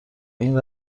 این